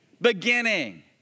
Beginning